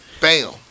Bam